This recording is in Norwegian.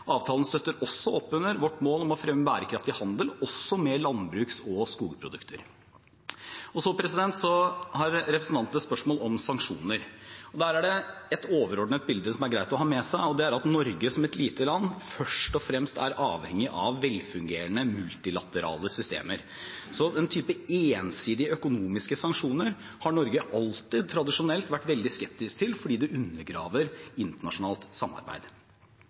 Avtalen støtter også opp under vårt mål om å fremme bærekraftig handel også med landbruks- og skogprodukter. Så har representanten et spørsmål om sanksjoner. Der er det et overordnet bilde som det er greit å ha med seg, og det er at Norge som et lite land først og fremst er avhengig av velfungerende multilaterale systemer. Så den typen ensidige økonomiske sanksjoner har Norge tradisjonelt alltid vært veldig skeptisk til fordi det undergraver internasjonalt samarbeid.